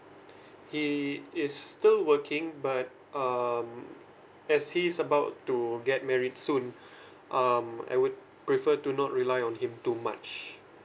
he is still working but um as he is about to get married soon um I would prefer to not rely on him too much